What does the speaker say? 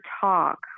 talk